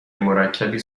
مرکبی